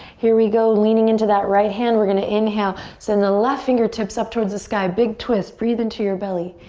here we go. leaning into that right hand. we're gonna inhale, send the left fingertips up towards the sky. big twist. breathe into your belly.